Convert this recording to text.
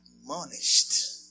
admonished